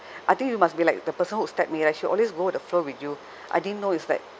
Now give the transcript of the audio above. I think you must be like the person who stab me right she always go the with you I didn't know is like